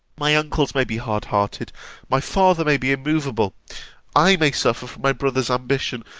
my uncles may be hard-hearted my father may be immovable i may suffer from my brother's ambition,